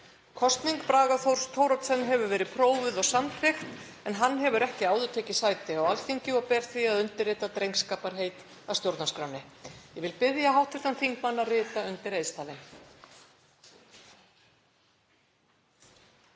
Kosning Braga Þórs Thoroddsens hefur verið prófuð og samþykkt en hann hefur ekki áður tekið sæti á Alþingi og ber því að undirskrifa drengskaparheit að stjórnarskránni. Ég vil biðja hv. þingmann að rita undir heitstafinn.